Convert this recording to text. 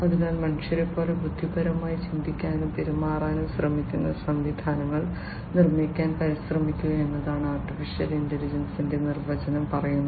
അതിനാൽ മനുഷ്യരെപ്പോലെ ബുദ്ധിപരമായി ചിന്തിക്കാനും പെരുമാറാനും ശ്രമിക്കുന്ന സംവിധാനങ്ങൾ നിർമ്മിക്കാൻ പരിശ്രമിക്കുക എന്നതാണ് ആർട്ടിഫിഷ്യൽ ഇന്റലിജൻസിന്റെ ഒരു നിർവചനം പറയുന്നത്